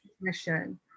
mission